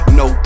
no